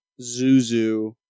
Zuzu